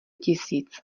tisíc